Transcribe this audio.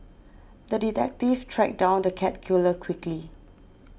the detective tracked down the cat killer quickly